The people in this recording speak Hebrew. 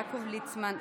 יעקב ליצמן,